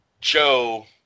Joe